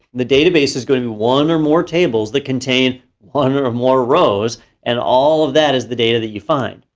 the database is going to be one or more tables that contain one or more rows and all of that is the data that you find.